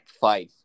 five